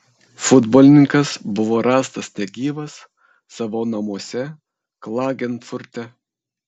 futbolininkas buvo rastas negyvas savo namuose klagenfurte